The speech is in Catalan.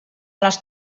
les